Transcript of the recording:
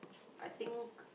I think